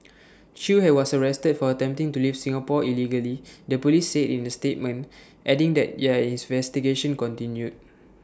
chew had was arrested for attempting to leave Singapore illegally the Police said in the statement adding that their investigation continued